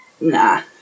nah